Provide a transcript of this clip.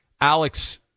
Alex